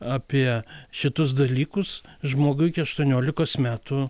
apie šitus dalykus žmogui iki aštuoniolikos metų